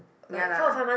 ya lah